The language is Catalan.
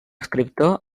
escriptor